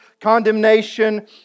condemnation